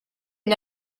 gli